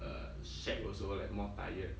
uh shag also like more tired